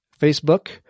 Facebook